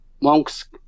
monks